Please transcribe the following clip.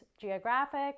geographic